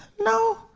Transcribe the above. No